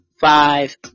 five